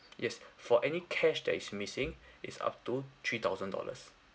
yes for any cash that is missing it's up to three thousand dollars